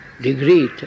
degree